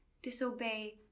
Disobey